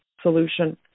solution